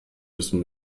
müssen